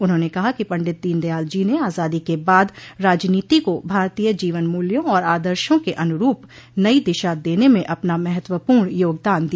उन्होंने कहा कि पंडित दीन दयाल जी ने आजादी के बाद राजनीति को भारतीय जीवन मूल्यों और आदर्शो के अनुरूप नई दिशा देने में अपना महत्वपूर्ण योगदान दिया